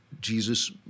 Jesus